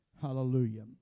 Hallelujah